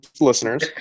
listeners